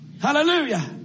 Hallelujah